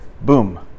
Boom